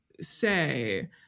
say